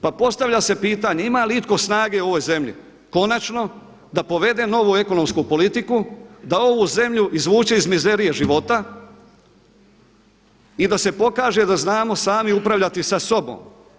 Pa postavlja se pitanje ima li itko snage u ovoj zemlji konačno da povede novu ekonomsku politiku da ovu zemlju izvuče iz mizerije života i da se pokaže da znamo sami upravljati sa sobom?